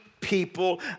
people